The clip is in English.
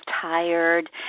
tired